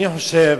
אני חושב,